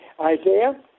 Isaiah